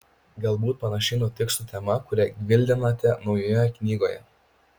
galbūt panašiai nutiks su tema kurią gvildenate naujoje knygoje